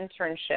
internship